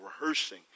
rehearsing